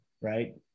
right